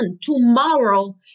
Tomorrow